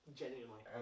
genuinely